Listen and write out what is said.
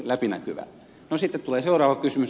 no sitten tulee seuraava kysymys